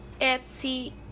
Etsy